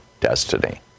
destiny